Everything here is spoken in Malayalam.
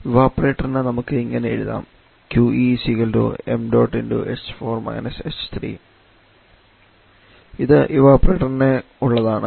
ഇവപൊറേറ്റർ ന് നമുക്ക് ഇങ്ങനെ എഴുതാം 𝑄𝐸 𝑚ℎ4 − ℎ3 ഇത് ഇവപൊറേറ്റർനുള്ളതാണ്